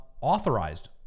authorized